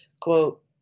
Quote